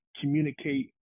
communicate